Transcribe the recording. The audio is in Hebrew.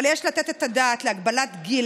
אבל יש לתת את הדעת על הגבלת גיל,